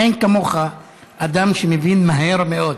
אין כמוך אדם שמבין מהר מאוד.